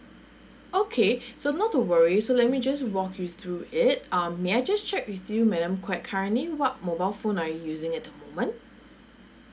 okay so not to worry so let me just walk you through it um may I just check with you madam quek currently what mobile phone are you using at the moment